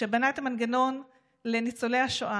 בנה את המנגנון לניצולי השואה,